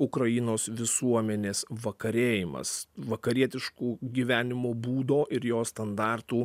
ukrainos visuomenės vakarėjimas vakarietiškų gyvenimo būdo ir jo standartų